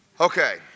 Okay